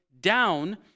down